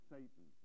Satan